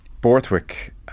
Borthwick